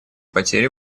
потери